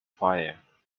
fire